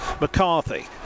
McCarthy